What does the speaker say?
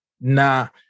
Now